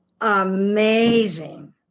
amazing